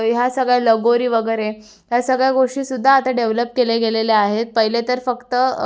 ह्या सगळ्या लगोरी वगैरे ह्या सगळ्या गोष्टीसुद्धा आत्ता डेव्हलप केल्या गेलेल्या आहेत पहिले तर फक्त